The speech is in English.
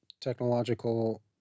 technological